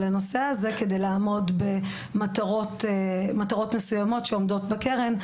הנושא הזה כדי לעמוד במטרות מסוימות שעומדות בקרן,